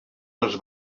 les